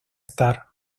star